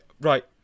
Right